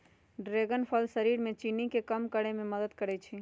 dragon फल शरीर में चीनी के कम करे में मदद करई छई